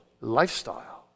lifestyle